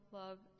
love